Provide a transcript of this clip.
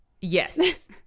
yes